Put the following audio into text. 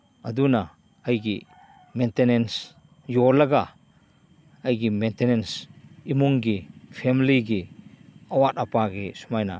ꯑꯗꯨꯅ ꯑꯩꯒꯤ ꯃꯦꯟꯇꯦꯅꯦꯟꯁ ꯌꯣꯜꯂꯒ ꯑꯩꯒꯤ ꯃꯦꯟꯇꯦꯅꯦꯟꯁ ꯏꯃꯨꯡꯒꯤ ꯐꯦꯃꯂꯤꯒꯤ ꯑꯋꯥꯠ ꯑꯄꯥꯒꯤ ꯁꯨꯃꯥꯏꯅ